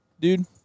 dude